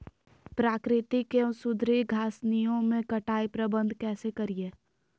प्राकृतिक एवं सुधरी घासनियों में कटाई प्रबन्ध कैसे करीये?